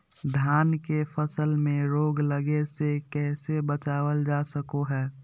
धान के फसल में रोग लगे से कैसे बचाबल जा सको हय?